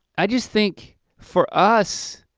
i just think for us,